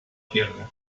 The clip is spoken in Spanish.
tierra